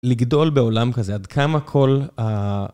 לגדול בעולם כזה, עד כמה כל ה...